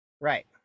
Right